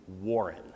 Warren